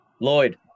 Lloyd